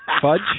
Fudge